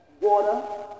water